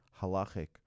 halachic